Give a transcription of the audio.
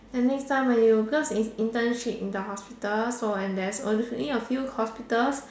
and next time when you because it is internship in the hospital so and there's only a few hospitals